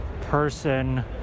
person